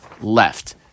left